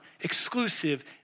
exclusive